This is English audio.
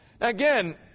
Again